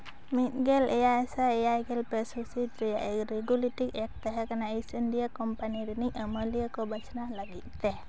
ᱢᱤᱫ ᱜᱮᱞ ᱮᱭᱟᱭ ᱥᱟᱭ ᱮᱭᱟᱭ ᱜᱮᱞ ᱯᱮ ᱥᱚᱥᱤᱛ ᱨᱮᱭᱟᱜ ᱨᱮᱜᱩᱞᱤᱴᱤᱝ ᱮᱠᱴ ᱛᱟᱦᱮᱸ ᱠᱟᱱᱟ ᱤᱥᱴ ᱤᱱᱰᱤᱭᱟ ᱠᱳᱢᱯᱟᱹᱱᱤ ᱨᱮᱱᱤᱡ ᱟᱹᱢᱟᱹᱞᱤᱭᱟᱹ ᱠᱚ ᱵᱟᱪᱷᱱᱟᱣ ᱞᱟᱹᱜᱤᱫ ᱛᱮ